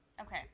Okay